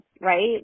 right